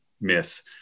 myth